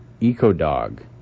EcoDog